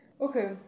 okay